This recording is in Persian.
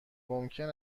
ممکن